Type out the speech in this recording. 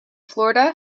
florida